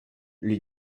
lui